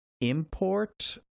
import